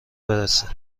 برسه